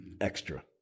extra